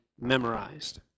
memorized